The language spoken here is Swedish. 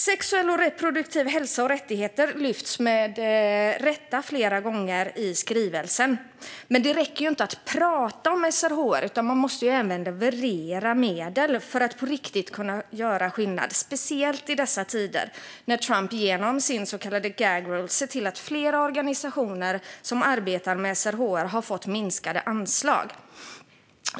Sexuell och reproduktiv hälsa och rättigheter lyfts flera gånger i skrivelsen, med rätta. Men det räcker ju inte att prata om SRHR, utan man måste även leverera medel för att på riktigt kunna göra skillnad - speciellt i dessa tider, när Trump genom sin så kallade gag rule har sett till att flera organisationer som arbetar med SRHR har fått minskade anslag.